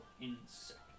insect